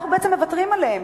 אנחנו בעצם מוותרים עליהם.